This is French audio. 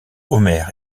homer